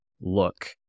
look